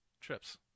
trips